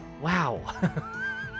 wow